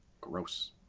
Gross